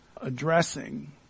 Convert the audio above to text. addressing